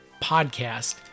podcast